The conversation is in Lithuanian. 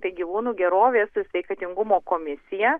tai gyvūnų gerovės ir sveikatingumo komisija